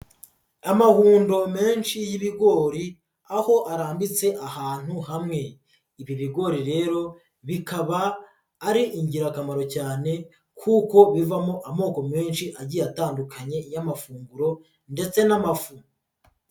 Amahundo menshi y'ibigori aho arambitse ahantu hamwe, ibi bigori rero bikaba ari ingirakamaro cyane kuko bivamo amoko menshi agiye atandukanye y'amafunguro ndetse n'amafu.